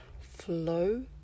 flow